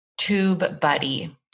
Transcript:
TubeBuddy